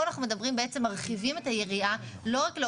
פה אנחנו בעצם מרחיבים את היריעה לא קר